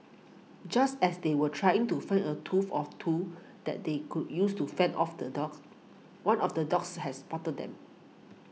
just as they were trying to find a of two that they could use to fend off the dogs one of the dogs has spotted them